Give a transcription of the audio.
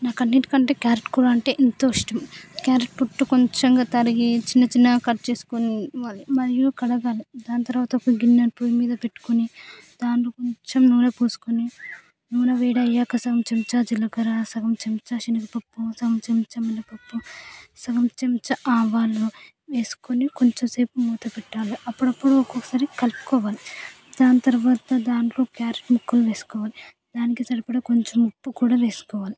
నాకు అన్నింటికంటే క్యారెట్ కూర అంటే ఎంతో ఇష్టం క్యారెట్ పొట్టు కొంచెంగా తరిగి చిన్న చిన్న కట్ చేసుకుని మరియు కడగాలి దాని తర్వాత గిన్నె పోయి మీద పెట్టుకొని దానికి కొంచెం నూనె పూసుకుని నూనె వేడి అయ్యాక సగం చెంచా జీలకర్ర సగం చెంచా శనగపప్పు సగం చెంచా మినప్పప్పు సగం చెంచా ఆవాలు వేసుకొని కొంచెం సేపు మూత పెట్టాలి అప్పుడప్పుడు ఒకొక్కసారి కలుపుకోవాలి దాని తర్వాత దాంట్లో క్యారెట్ ముక్కలు వేసుకోవాలి దానికి సరిపడ కొంచెం ఉప్పు కూడా వేసుకోవాలి